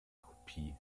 kopie